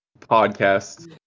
podcast